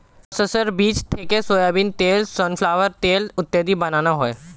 শস্যের বীজ থেকে সোয়াবিন তেল, সানফ্লাওয়ার তেল ইত্যাদি বানানো হয়